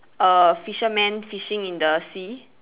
a fisherman fishing in the sea